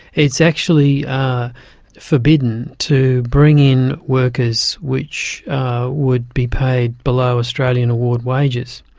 it's actually forbidden to bring in workers which would be paid below australian award wages.